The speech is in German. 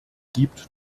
gibt